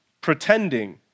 pretending